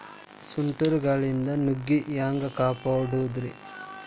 ಸುಂಟರ್ ಗಾಳಿಯಿಂದ ನುಗ್ಗಿ ಹ್ಯಾಂಗ ಕಾಪಡೊದ್ರೇ?